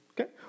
Okay